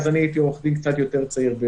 אז הייתי עורך דין קצת יותר צעיר.